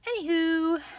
Anywho